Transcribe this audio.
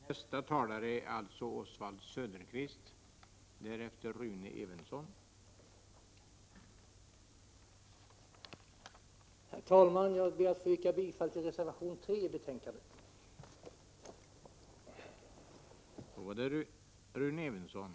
Herr talman! Jag ber att få yrka bifall till reservation 3 i betänkandet.